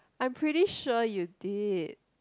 I'm pretty sure you did